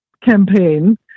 campaign